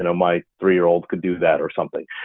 and my three-year-old could do that or something,